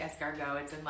escargot